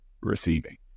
receiving